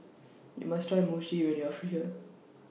YOU must Try Mochi when YOU Are here